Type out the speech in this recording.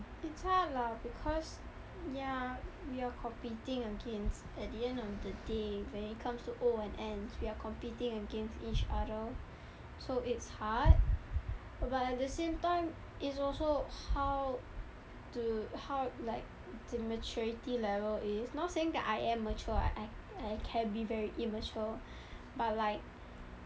it's hard lah because ya we're competing against at the end of the day when it comes to O and N's we are competing each other so it's hard but at the same time it's also how to how like the maturity level is not saying that I am mature I I can be very immature but like